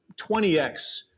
20x